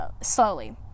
slowly